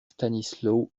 stanisław